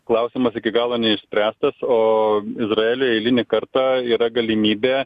klausimas iki galo neišspręstas o izraeliui eilinį kartą yra galimybė